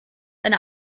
eine